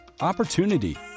Opportunity